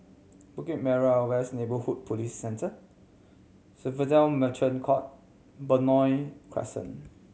Bukit Merah West Neighbourhood Police Centre Swissotel Merchant Court Benoi Crescent